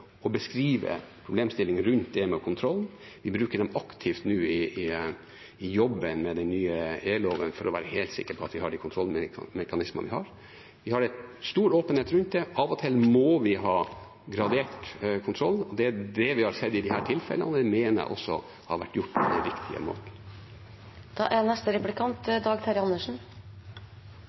å beskrive problemstillinger rundt det med kontroll. Vi bruker dem nå aktivt i jobben med den nye etterretningstjenesteloven for å være helt sikre på at vi har de kontrollmekanismene vi har. Vi har stor åpenhet rundt det. Av og til må vi ha gradert kontroll; det er det vi har sett i disse tilfellene, og det mener jeg også har vært gjort på